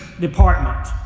department